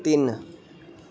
ਤਿੰਨ